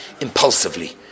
Impulsively